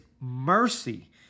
mercy